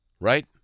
right